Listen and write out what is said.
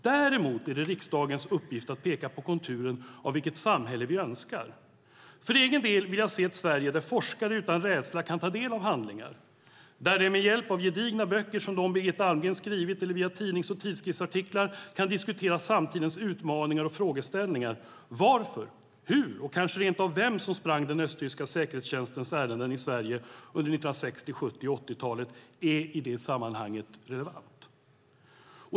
Däremot är det riksdagens uppgift att peka på konturen av vilket samhälle vi önskar. För egen del vill jag se ett Sverige där forskare utan rädsla kan ta del av handlingar, där man med hjälp av gedigna böcker, som dem Brigitta Almgren har skrivit, eller via tidnings och tidskriftsartiklar kan diskutera samtidens utmaningar och frågeställningar. Varför, hur och kanske rent av vem som sprang den östtyska säkerhetstjänstens ärenden i Sverige under 1960-, 70 och 80-talet är i det sammanhanget relevant.